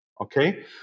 okay